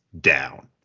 down